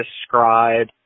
describe